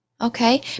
Okay